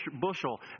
bushel